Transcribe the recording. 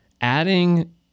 adding